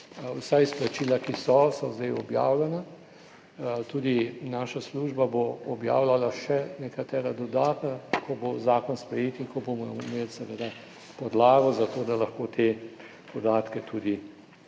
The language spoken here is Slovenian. vsa izplačila, ki so, so zdaj objavljena, tudi naša služba bo objavljala še nekatera dodatna, ko bo zakon sprejet in ko bomo imeli podlago za to, da lahko te podatke tudi